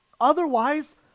Otherwise